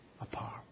apart